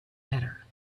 better